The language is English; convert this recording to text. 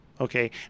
Okay